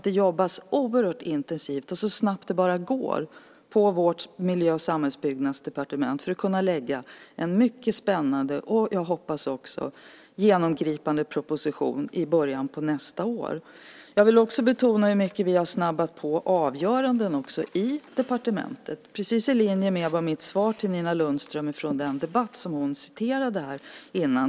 Det arbetas mycket intensivt och så snabbt det bara går på vårt miljö och samhällsbyggnadsdepartement för att vi ska kunna lägga fram en spännande och, hoppas jag, genomgripande proposition i början av nästa år. Jag vill också betona att vi har snabbat på avgöranden i departementet. Det är precis i linje med mitt svar till Nina Lundström i den tidigare debatt som hon refererade till nyss.